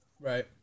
Right